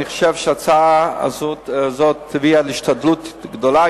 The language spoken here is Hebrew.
אני חושב שההצעה הזאת תביא להשתדלות גדולה